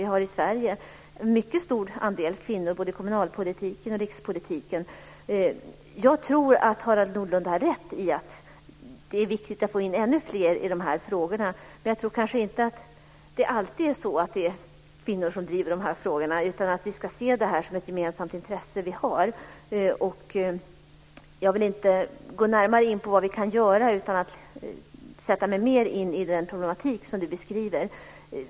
Vi har i Sverige en mycket stor andel kvinnor både i kommunalpolitiken och i rikspolitiken. Jag tror att Harald Nordlund har rätt i att det är viktigt att få in ännu fler i de här sammanhangen, men jag tror inte att det alltid är kvinnor som driver de här frågorna utan vi ska se det som ett gemensamt intresse. Jag vill inte utan att mera sätta mig in den problematik som Harald Nordlund beskriver gå närmare in på vad vi kan göra.